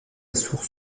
source